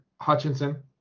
Hutchinson